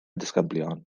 disgyblion